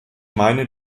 meine